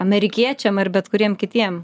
amerikiečiam ar bet kuriem kitiem